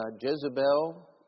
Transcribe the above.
Jezebel